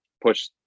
push